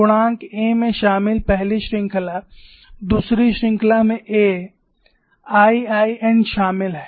गुणांक A में शामिल पहली श्रृंखला दूसरी श्रृंखला में A IIn शामिल है